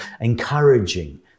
encouraging